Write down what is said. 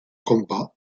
combat